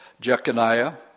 Jeconiah